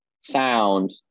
sound